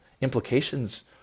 implications